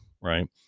right